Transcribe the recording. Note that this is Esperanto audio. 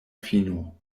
fino